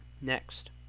Next